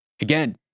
Again